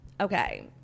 Okay